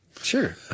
Sure